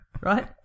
Right